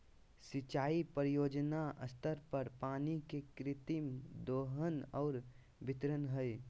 सिंचाई परियोजना स्तर पर पानी के कृत्रिम दोहन और वितरण हइ